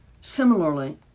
Similarly